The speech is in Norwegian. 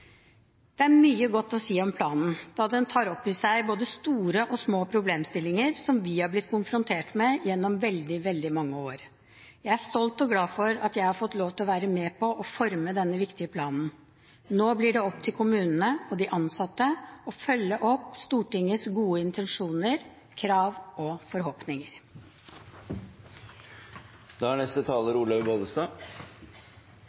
Det er mye godt å si om planen, da den tar opp i seg både store og små problemstillinger som vi har blitt konfrontert med gjennom veldig, veldig mange år. Jeg er stolt over og glad for at jeg har fått lov til å være med på å forme denne viktige planen. Nå blir det opp til kommunene og de ansatte å følge opp Stortingets gode intensjoner, krav og forhåpninger.